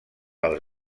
als